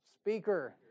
speaker